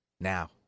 Now